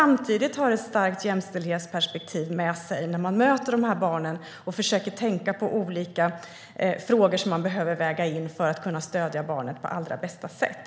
Samtidigt måste man ha ett starkt jämställdhetsperspektiv med sig när man möter de här barnen och försöker tänka på olika frågor som man behöver väga in för att kunna stödja barnen på allra bästa sätt.